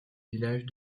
villages